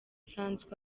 francois